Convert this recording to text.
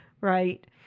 right